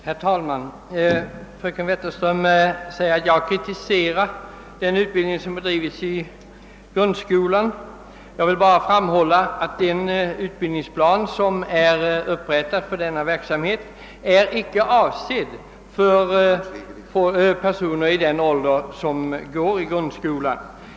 Herr talman! Fröken Wetterström menade att jag kritiserat den utbildning som bedrivits i grundskolan. Vad jag velat framhålla är bara att den utbildningsplan som är upprättad för detta ändamål inte är avsedd för personer i de åldrar som grundskolan omfattar.